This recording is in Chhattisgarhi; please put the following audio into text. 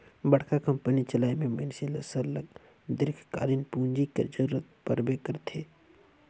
बड़का कंपनी चलाए में मइनसे ल सरलग दीर्घकालीन पूंजी कर जरूरत परबे करथे